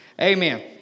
Amen